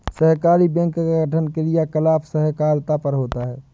सहकारी बैंक का गठन कार्यकलाप सहकारिता पर होता है